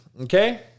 okay